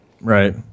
Right